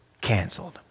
canceled